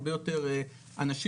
הרבה יותר אנשים,